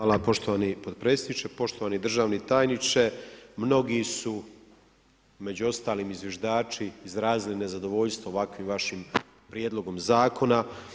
Hvala poštovani potpredsjedniče, poštovani državni tajniče, mnogi su, među ostalima i zviždači, izrazili nezadovoljstvo ovakvim vašim prijedlogom zakona.